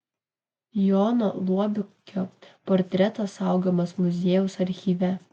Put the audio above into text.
jono luobikio portretas saugomas muziejaus archyve